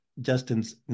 Justin's